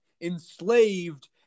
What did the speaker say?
enslaved